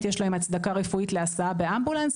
יש להם הצדקה רפואית להסעה באמבולנס,